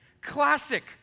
Classic